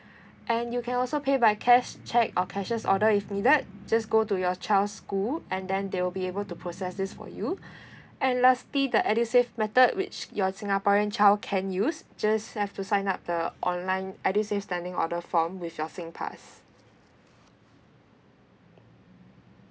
and you can also pay by cash cheque or cashier's order if needed just go to your child's school and then they will be able to process this for you and lastly the edusave method which your singaporean child can use just have to sign up the online edusave standing order form with your singpass